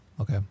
Okay